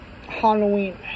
Halloween